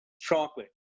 chocolate